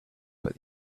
but